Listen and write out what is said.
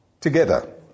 together